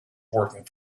working